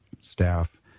staff